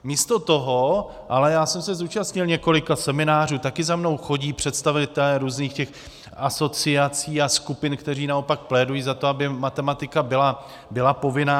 Místo toho ale já jsem se zúčastnil několika seminářů, taky za mnou chodí představitelé různých asociací a skupin, kteří naopak plédují za to, aby matematika byla povinná.